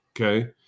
okay